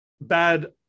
Bad